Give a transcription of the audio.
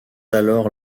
alors